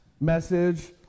message